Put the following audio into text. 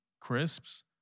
crisps